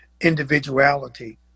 individuality